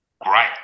great